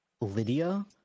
Lydia